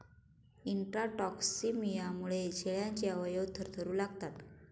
इंट्राटॉक्सिमियामुळे शेळ्यांचे अवयव थरथरू लागतात